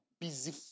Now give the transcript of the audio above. busy